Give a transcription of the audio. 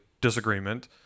disagreement